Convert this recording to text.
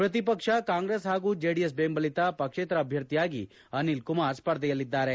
ಪ್ರತಿಪಕ್ಷ ಕಾಂಗ್ರೆಸ್ ಹಾಗೂ ಜೆಡಿಎಸ್ ಬೆಂಬಲಿತ ಪಕ್ಷೇತರ ಅಭ್ಯರ್ಥಿಯಾಗಿ ಅನಿಲ್ ಕುಮಾರ್ ಸ್ಪರ್ಧೆಯಲ್ಲಿದ್ದಾರೆ